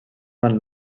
van